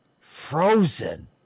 Frozen